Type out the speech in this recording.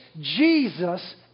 Jesus